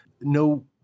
No